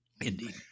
Indeed